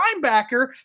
linebacker